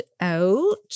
out